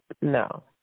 No